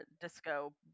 Disco